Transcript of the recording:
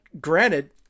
Granted